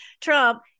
Trump